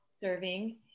serving